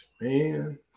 man